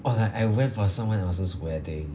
or like I went for someone else's wedding